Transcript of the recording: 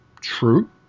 True